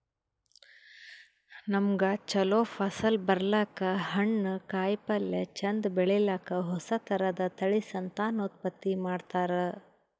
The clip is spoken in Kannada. ನಮ್ಗ್ ಛಲೋ ಫಸಲ್ ಬರ್ಲಕ್ಕ್, ಹಣ್ಣ್, ಕಾಯಿಪಲ್ಯ ಚಂದ್ ಬೆಳಿಲಿಕ್ಕ್ ಹೊಸ ಥರದ್ ತಳಿ ಸಂತಾನೋತ್ಪತ್ತಿ ಮಾಡ್ತರ್